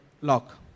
lock